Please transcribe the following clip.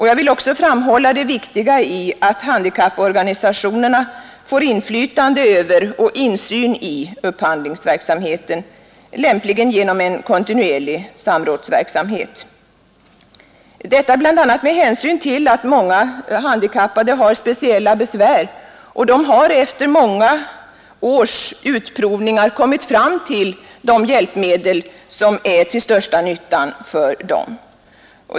Jag vill också framhålla vikten av att handikapporganisationerna får inflytande över och insyn i upphandlingsverksamheten, lämpligen genom en kontinuerlig samrådsverksamhet, detta bl.a. med hänsyn till att många handikappade, som har speciella besvär, efter många års utprovningar har kommit fram till vilka hjälpmedel som är till största nytta för dem.